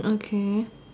okay